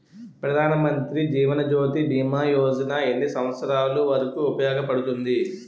ప్రధాన్ మంత్రి జీవన్ జ్యోతి భీమా యోజన ఎన్ని సంవత్సారాలు వరకు ఉపయోగపడుతుంది?